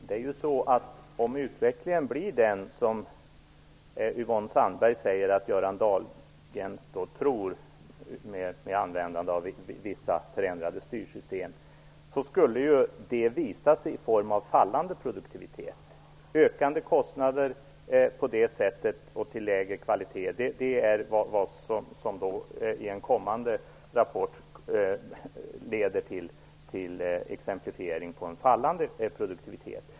Herr talman! Om utvecklingen blir den som Yvonne Sandberg-Fries säger att Göran Dahlgren tror, med användande av vissa förändrade styrsystem, skulle det ju visa sig i form av fallande produktivitet, ökande kostnader och lägre kvalitet. I en kommande rapport ges exempel på vad som leder till en fallande produktivitet.